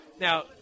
Now